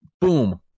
boom